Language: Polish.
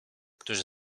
którzy